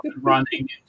running